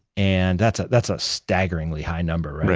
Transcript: and that's that's a staggeringly high number,